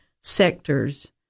sectors